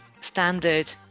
standard